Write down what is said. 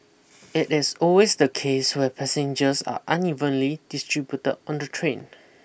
it is always the case where passengers are unevenly distributed on the train